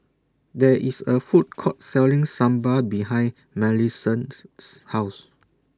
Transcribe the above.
There IS A Food Court Selling Sambal behind Millicent's House